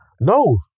No